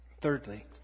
Thirdly